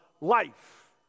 life